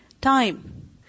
time